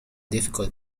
difficult